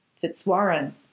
Fitzwarren